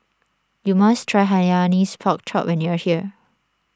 you must try Hainanese Pork Chop when you are here